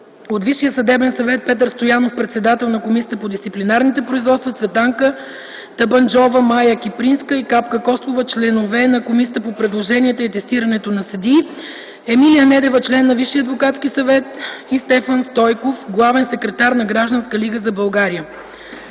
от Висшия съдебен съвет: Петър Стоянов – председател на Комисията по дисциплинарните производства, Цветанка Табанджова, Мая Кипринска и Капка Костова – членове на Комисията по предложенията и атестирането на съдии, Емилия Недева – член на Висшия адвокатски съвет и Стефан Стойков – главен секретар на Гражданска лига за България.